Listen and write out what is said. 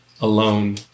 alone